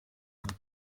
hat